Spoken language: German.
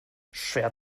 schwer